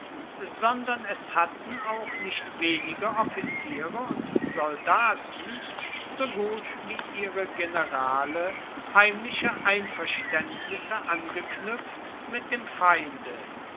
sondern es hatten auch nicht wenige offiziere und soldaten so gut wie ihre generale heimliche einverständnisse angeknüpft mit dem feinde